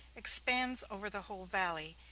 expands over the whole valley,